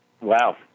Wow